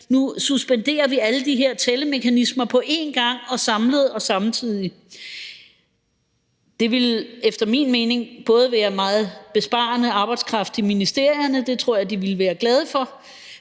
nu suspenderer vi alle de her tællemekanismer på en gang samlet og samtidig? Det ville efter min mening være meget besparende, hvad angår arbejdskraft i ministerierne, og det tror jeg de ville være glade for.